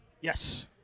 Yes